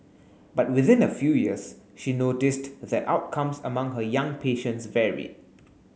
but within a few years she noticed that outcomes among her young patients varied